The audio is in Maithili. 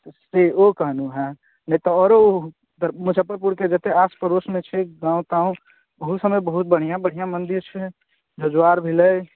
से ओ कहलहुँ हँ नहि तऽ आओरो तऽ मुझफ्फरपुरके जतेक आस पड़ोसमे छै गाँव ताँव ओहू सबमे बहुत बढ़िआँ बढ़िआँ मन्दिर छै जजुआर भेलै